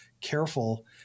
careful